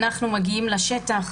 אנחנו מגיעים לשטח,